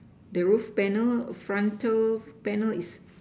the roof panel frontal panel is